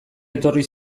etorri